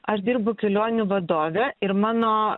aš dirbu kelionių vadove ir mano